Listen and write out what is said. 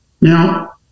Now